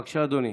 בבקשה, אדוני.